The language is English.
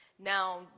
now